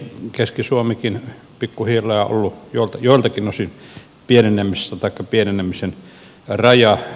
keski suomikin pikkuhiljaa on ollut joiltakin osin pienenemässä taikka pienenemisen rajamailla